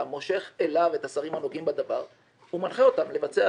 מושך אליו את השרים הנוגעים בדבר ומנחה אותם לבצע